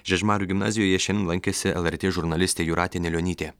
žiežmarių gimnazijoje šiandien lankėsi lrt žurnalistė jūratė anilionytė